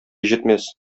җитмәс